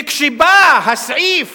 וכשבא הסעיף